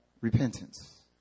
repentance